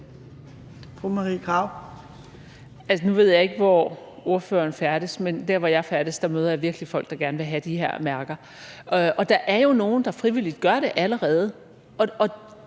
Nu ved jeg ikke, hvor ordføreren færdes, men der, hvor jeg færdes, møder jeg virkelig folk, der gerne vil have de her mærker. Der er jo nogen, der frivilligt gør det allerede,